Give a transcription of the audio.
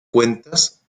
cuentas